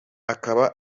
akaba